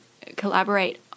collaborate